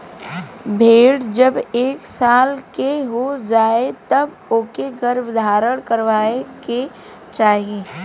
भेड़ जब एक साल के हो जाए तब ओके गर्भधारण करवाए के चाही